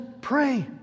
pray